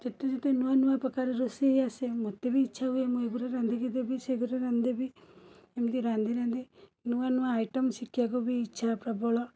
ଯେତେ ଯେତେ ନୂଆନୂଆ ପ୍ରକାରର ରୋଷେଇ ଆସେ ମୋତେ ବି ଇଚ୍ଛା ହୁଏ ମୁଁ ଏଗୁରା ରାନ୍ଧିକି ଦେବି ସେଗୁରା ରାନ୍ଧଦେବି ଏମତି ରାନ୍ଧିରାନ୍ଧି ନୂଆନୂଆ ଆଇଟମ୍ ଶିଖିବାକୁ ବି ଇଚ୍ଛା ପ୍ରବଳ